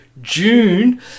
june